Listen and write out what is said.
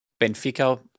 Benfica